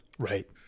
Right